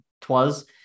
twas